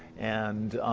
and